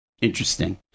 Interesting